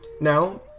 Now